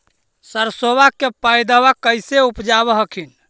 सरसोबा के पायदबा कैसे उपजाब हखिन?